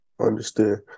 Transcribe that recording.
Understood